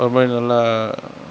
ரொம்பவே நல்லா